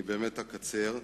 באמת אקצר.